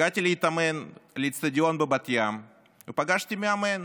הגעתי להתאמן באצטדיון בבת ים ופגשתי מאמן